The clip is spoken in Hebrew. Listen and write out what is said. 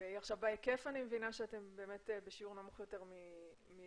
בהיקף אני מבינה שאתם בשיעור נמוך יותר מהעצורים,